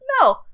No